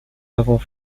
avons